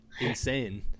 insane